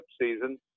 season